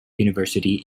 university